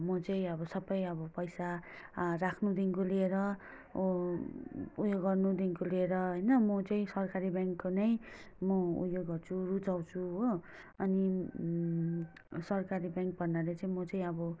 म चाहिँ अब सबै अब पैसा राख्नुदेखिको लिएर उयो गर्नुदेखिको लिएर होइन म चाहिँ सरकारी ब्याङ्कको नै म उयो गर्छु रुचाउँछु हो अनि सरकारी ब्याङ्क भन्नाले चाहिँ म चाहिँ अब